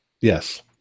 Yes